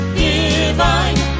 divine